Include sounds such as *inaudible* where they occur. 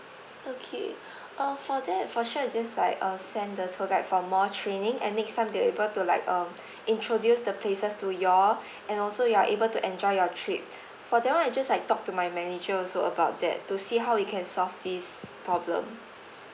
okay uh for that for sure I just like uh send the tour guide for more training and make some deliver to like um *breath* introduce the places to y'all *breath* and also you are able to enjoy your trip for that [one] I just like talk to my manager also about that to see how we can solve this problem